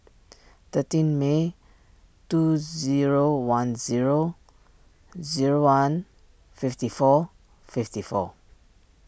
thirteen May two zero one zero zero one fifty four fifty four